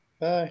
Bye